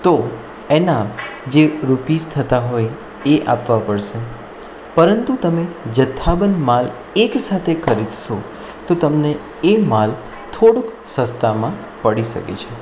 તો એના જે રૂપીસ થતાં હોય એ આપવા પડશે પરંતુ તમે જથ્થાબંધ માલ એકસાથે ખરીદશો તો તમને એ માલ થોડુંક સસ્તામાં પડી શકે છે